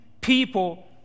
people